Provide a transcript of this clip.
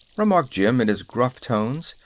remarked jim, in his gruff tones.